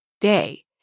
day